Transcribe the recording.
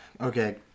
Okay